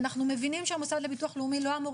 אנחנו מבינים שהמוסד לביטוח לאומי לא אמור